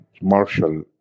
Marshall